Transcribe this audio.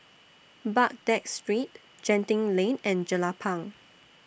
Baghdad Street Genting Lane and Jelapang